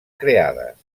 creades